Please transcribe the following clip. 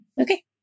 Okay